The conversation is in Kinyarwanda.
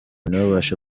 ntibabashe